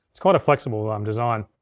it's quite a flexible um design.